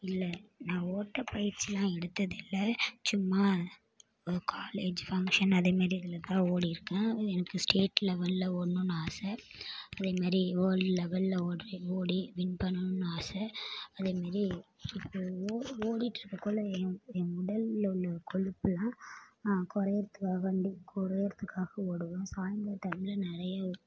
இல்லை நான் ஓட்டப்பயிற்சிலாம் எடுத்ததில்லை சும்மா காலேஜ் ஃபங்ஷன் அதேமாரி இதில்தான் ஓடிருக்கேன் உ எனக்கு ஸ்டேட் லெவலில் ஓடணுன் ஆசை அதேமாரி வேல்டு லெவலில் ஓட்ரி ஓடி வின் பண்ணணுன்னு ஆசை அதேமாதிரி ஓ ஓடிட்டிருக்கக்குள்ள என் என் உடலில் உள்ள கொழுப்புகள் குறையிறதுக்காக வேண்டி குறையிறதுக்காக ஓடுவேன் சாய்ந்திர டைமில் நிறையா ஓ